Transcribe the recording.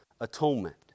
atonement